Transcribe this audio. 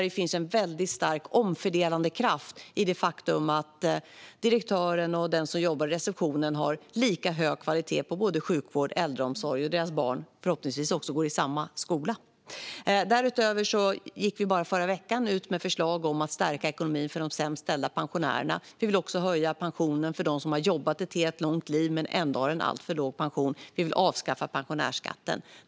Det finns en väldigt stark omfördelande kraft i det faktum att direktören och den som jobbar i receptionen får lika hög kvalitet på både sjukvård och äldreomsorg. Deras barn går förhoppningsvis också i samma skola. Därutöver gick vi under förra veckan ut med förslag om att stärka ekonomin för de pensionärer som har det sämst ställt. Vi vill också höja pensionen för dem som har jobbat ett helt långt liv men som ändå har en alltför låg pension. Vi vill avskaffa pensionärsskatten.